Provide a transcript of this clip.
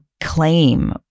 claim